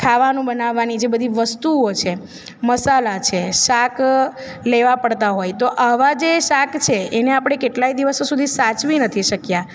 ખાવાનું બનાવવાની જે બધી વસ્તુઓ છે મસાલા છે શાક લેવા પડતા હોય તો આવા જે શાક છે એને આપણે કેટલાય દિવસો સુધી સાચવી નથી શક્યા